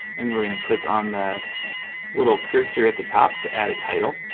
and we're gonna click on the little cursor at the top to add a title